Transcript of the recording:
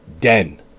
Den